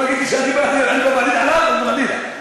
אני יודע שהתאחדות המלונות עושה לובי גדול כדי לשים סוף לדבר הזה.